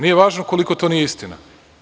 Nije važno koliko to nije istina.